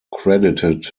credited